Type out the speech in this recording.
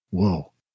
Whoa